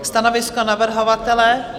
Stanovisko navrhovatele?